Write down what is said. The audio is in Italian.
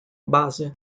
base